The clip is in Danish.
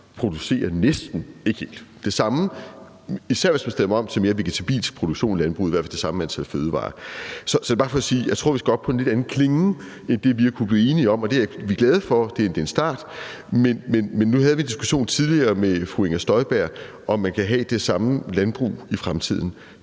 fødevarer, især hvis man stiller om til mere vegetabilsk produktion i landbruget. Så det er bare for sige, at jeg tror, at vi skal op på en lidt anden klinge end det, vi har kunnet blive enige om, og det er vi glade for. Det er en start. Men nu havde vi en diskussion tidligere med fru Inger Støjberg om, om man kan have det samme landbrug i fremtiden.